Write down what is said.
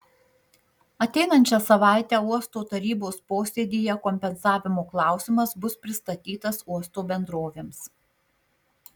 ateinančią savaitę uosto tarybos posėdyje kompensavimo klausimas bus pristatytas uosto bendrovėms